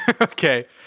Okay